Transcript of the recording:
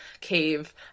cave